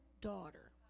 daughter